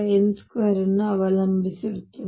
6Z2n2 ಅನ್ನು ಅವಲಂಬಿಸಿರುತ್ತದೆ